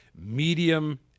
medium